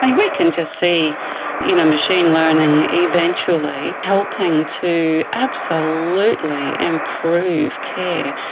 and we can just see you know machine learning eventually helping to absolutely improve care.